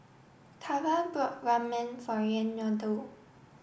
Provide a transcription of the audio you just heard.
Cara bought Ramen for Reynaldo